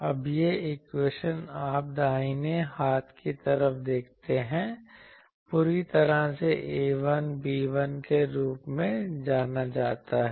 अब ये इक्वेशन आप दाहिने हाथ की तरफ देखते हैं पूरी तरह से A1 B1 के रूप में जाना जाता है